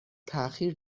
تاخیر